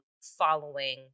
following